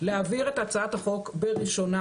להעביר את הצעת החוק בקריאה ראשונה